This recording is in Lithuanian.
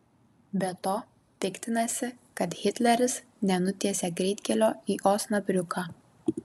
be to piktinasi kad hitleris nenutiesė greitkelio į osnabriuką